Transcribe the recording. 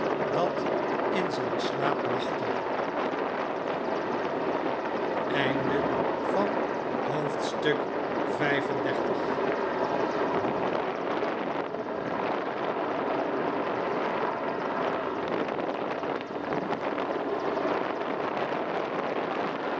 dat in zijn slaap lachte